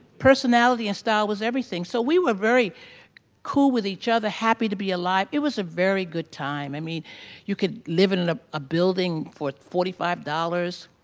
personality and style was everything, so we were very cool with each other, happy to be alive. it was a very good time. i mean you could live in and ah a building for forty five dollars.